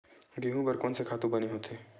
गेहूं बर कोन से खातु बने होथे?